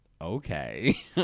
okay